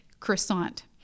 Croissant